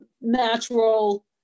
natural